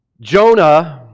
Jonah